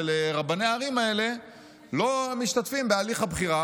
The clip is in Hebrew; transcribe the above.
של רבני הערים האלה לא משתתפים בהליך הבחירה,